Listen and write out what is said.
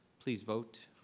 please vote.